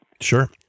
Sure